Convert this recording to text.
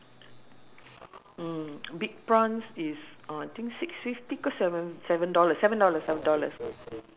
no I didn't cause I I I'm worried to lepas after prayers in the morning I straight away uh get ready ya